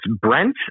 Brent